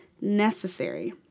necessary